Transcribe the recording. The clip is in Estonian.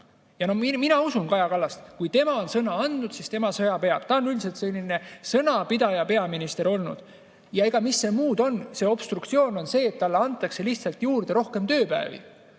Ja mina usun Kaja Kallast. Kui tema on sõna andnud, siis tema oma sõna peab. Ta on üldiselt selline sõnapidaja peaminister olnud. Ja mis see obstruktsioon muud on, talle antakse lihtsalt juurde rohkem tööpäevi.